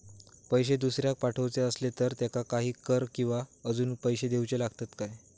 पैशे दुसऱ्याक पाठवूचे आसले तर त्याका काही कर किवा अजून पैशे देऊचे लागतत काय?